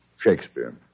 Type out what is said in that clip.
Shakespeare